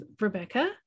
Rebecca